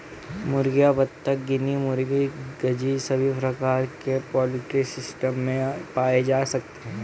मुर्गियां, बत्तख, गिनी मुर्गी, गीज़ सभी प्रकार के पोल्ट्री सिस्टम में पाए जा सकते है